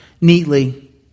neatly